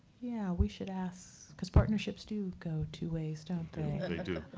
yeah, we should ask. because partnerships do go two ways, don't they? they do.